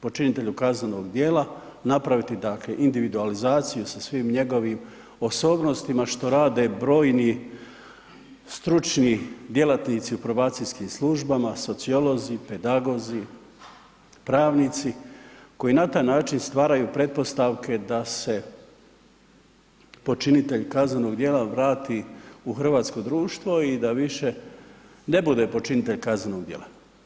počinitelju kaznenog djela, napraviti dakle individualizaciju sa svim njegovim osobnostima što rade brojni stručni djelatnici u probacijskim službama, sociolozi, pedagozi, pravnici koji na taj način stvaraju pretpostavke da se počinitelj kaznenog djela vrati u hrvatsko društvo i da više ne bude počinitelj kaznenog djela.